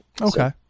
okay